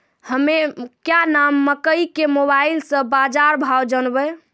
हमें क्या नाम मकई के मोबाइल से बाजार भाव जनवे?